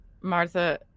Martha